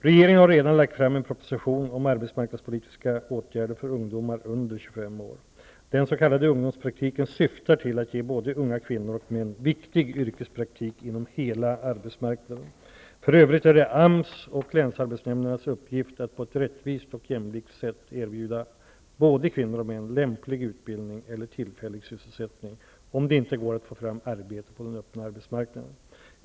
Regeringen har redan lagt fram en proposition om arbetsmarknadspolitiska åtgärder för ungdomar under 25 år . Den s.k. ungdomspraktiken syftar till att ge både unga kvinnor och män viktig yrkespraktik inom hela arbetsmarknaden. För övrigt är det AMS och länsarbetsnämndernas uppgift att på ett rättvist och jämlikt sätt erbjuda både kvinnor och män lämplig utbildning eller tillfällig sysselsättning, om det inte går att få fram ett arbete på den öppna arbetsmarknaden.